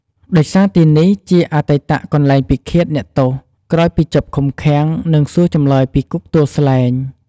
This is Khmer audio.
ដោយសារទីនេះជាអតីតកន្លែងពិឃាតអ្នកទោស ក្រោយពីជាប់ឃុំឃាំង និងសួរចម្លើយពីគុកទួលស្លែង។